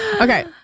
Okay